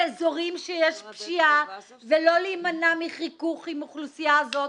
באזורים שיש בהם פשיעה ולא להימנע מחיכוך עם האוכלוסייה הזאת.